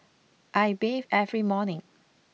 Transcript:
I bathe every morning